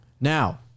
Now